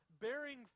bearing